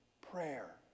prayer